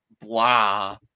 blah